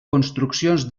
construccions